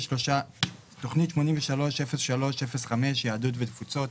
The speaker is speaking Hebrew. תוכנית 830305 יהדות ותפוצות,